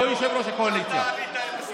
אני יודע יפה מאוד שכשאתה עלית עם